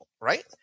right